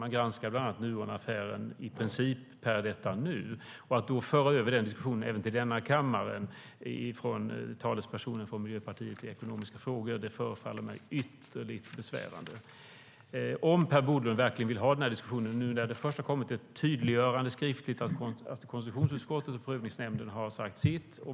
Man granskar bland annat Nuonaffären i princip just nu. Att talespersonen i ekonomiska frågor från Miljöpartiet då för över denna diskussion även till denna kammare förefaller mig ytterligt besvärande. Per Bolund vill ha denna diskussion trots att det nu har kommit ett tydliggörande skriftligt att konstitutionsutskottet och Prövningsnämnden har sagt sitt.